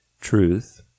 truth